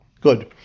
Good